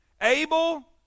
Abel